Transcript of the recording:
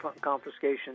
confiscation